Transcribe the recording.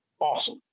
awesome